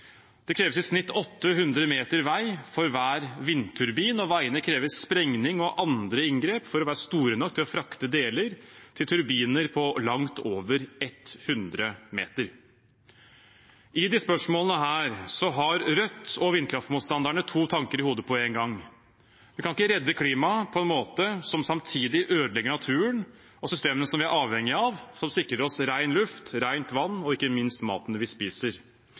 Det kreves i snitt 800 meter vei for hver vindturbin, og veiene krever sprengning og andre inngrep for å være store nok til å frakte deler til turbiner på langt over 100 meter. I disse spørsmålene har Rødt og vindkraftmotstanderne to tanker i hodet på én gang: Vi kan ikke redde klimaet på en måte som samtidig ødelegger naturen og systemene som vi er avhengig av, som sikrer oss ren luft, rent vann og ikke minst maten vi spiser.